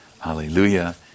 hallelujah